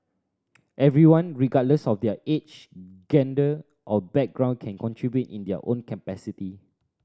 everyone regardless of their age gender or background can contribute in their own capacity